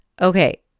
Okay